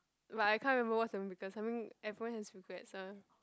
but I can't remember what's the biggest I mean everyone has regrets ah